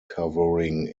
covering